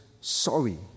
sorry